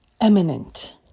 eminent